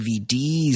DVDs